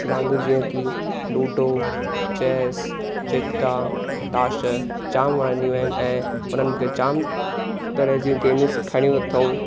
रांधियूं जीअं की लूडो चैस चिदन ताश जाम वणंदियूं आहिनि ऐं हुननि मूंखे जाम तरह जूं गेमियूं सेखारियूं अथऊं